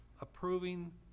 Approving